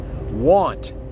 want